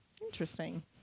Interesting